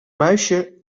muisje